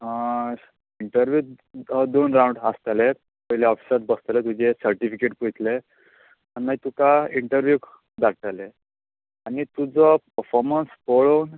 there is दोन round आसतले पयली सर्टिफीकेट पयतले आनी मागीर तुका इंटरवीव्क धाडटले आनी मागीर तुजो परफॉमंस पळोवन